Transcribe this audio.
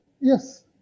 Yes